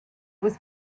was